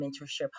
Mentorship